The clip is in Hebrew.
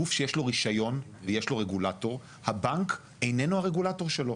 גוף שיש לו רישיון ויש לו רגולטור הבנק איננו הרגולטור שלו.